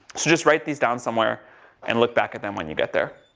so just write these down somewhere and look back at them when you get there.